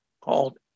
called